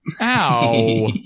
ow